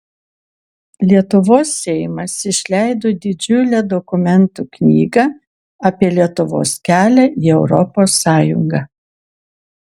lietuvos seimas išleido didžiulę dokumentų knygą apie lietuvos kelią į europos sąjungą